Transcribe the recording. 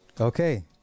okay